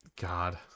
God